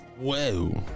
Whoa